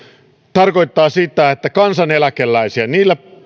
tarkoittaa sitä että kansaneläkeläisillä niillä